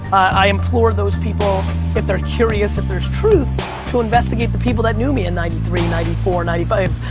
i implore those people if they're curious, if there's truth to investigate the people that knew me in ninety three, ninety four, ninety five,